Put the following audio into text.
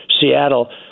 Seattle